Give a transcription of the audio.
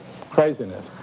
craziness